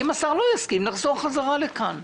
ואם השר לא יסכים נחזור בחזרה לכאן.